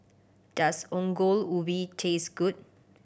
does Ongol Ubi taste good